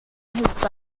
his